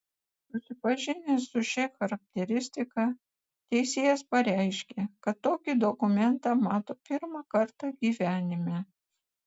susipažinęs su šia charakteristika teisėjas pareiškė kad tokį dokumentą mato pirmą kartą gyvenime